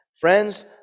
Friends